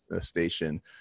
station